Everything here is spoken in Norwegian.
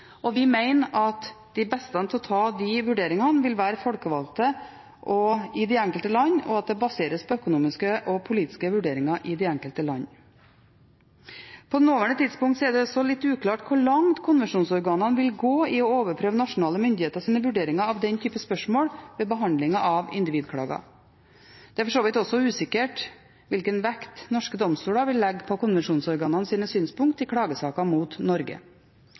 og vi mener at de beste til å ta de vurderingene vil være folkevalgte i de enkelte land, og at det baseres på økonomiske og politiske vurderinger i de enkelte land. På det nåværende tidspunkt er det litt uklart hvor langt konvensjonsorganene vil gå i å overprøve nasjonale myndigheters vurderinger av den typen spørsmål ved behandlingen av individklager. Det er for så vidt også usikkert hvilken vekt norske domstoler vil legge på konvensjonsorganenes synspunkt i klagesaker mot Norge.